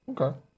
okay